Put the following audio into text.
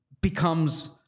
becomes